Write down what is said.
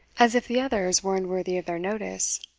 as if the others were unworthy of their notice.